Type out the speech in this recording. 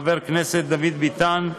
חבר הכנסת דוד ביטן,